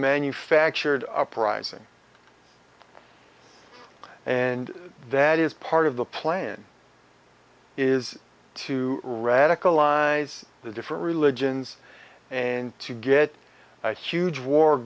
manufactured uprising and that is part of the plan is to radicalize the different religions and to get a huge war